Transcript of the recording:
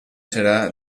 serà